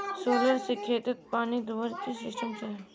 Solar से खेतोत पानी दुबार की सिस्टम छे?